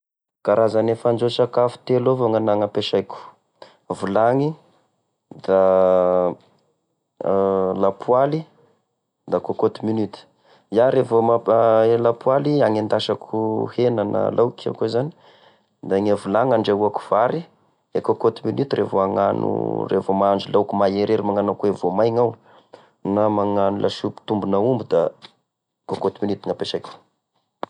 Karazane fandrahoan-tsakafo telo avao gnapesaiko vilagny, da lapoaly, da cocotte minute, iah reva, ma e lapoaly agnendasako hena na laoky ako izany, da gne vilagny andrahoako vary, e cocotte minute revô hagnano, revô mahandro laoky maherihery magnano akô voamaigna aho, na magnano lasopy tombona aomby da cocotte minute gny apesaiko.